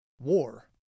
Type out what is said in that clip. War